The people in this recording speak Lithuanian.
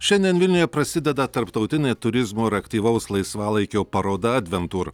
šiandien vilniuje prasideda tarptautinė turizmo ir aktyvaus laisvalaikio paroda adventur